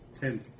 Ten